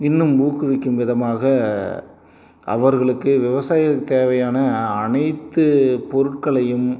இன்னும் ஊக்குவிக்கும் விதமாக அவர்களுக்கு விவசாயிகளுக்கு தேவையான அனைத்து பொருட்களையும்